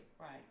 Right